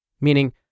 meaning